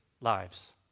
lives